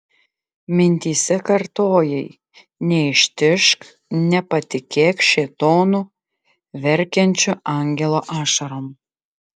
mintyse kartojai neištižk nepatikėk šėtonu verkiančiu angelo ašarom